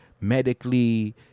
medically